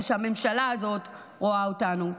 ושהממשלה הזאת רואה אותנו.